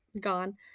gone